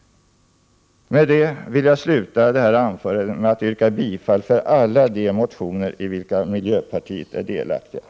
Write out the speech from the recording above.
Jag vill sluta detta anförande med att yrka bifall till alla de reservationer i vilka miljöpartiet är delaktigt.